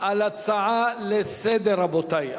על הצעה לסדר-היום, רבותי.